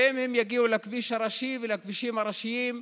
ואם הם יגיעו לכביש הראשי ולכבישים הראשיים,